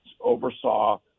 oversaw